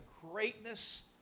greatness